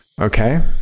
Okay